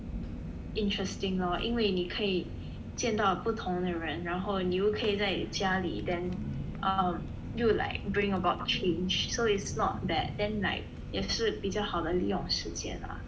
interesting lor 因为你可以见到不同的人然后你又可以在家里 then um 又 like bring about change so it's not bad then like 也是比较好的利用时间啦